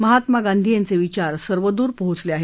महात्मा गांधी यांचे विचार सर्वदूर पोहचले आहेत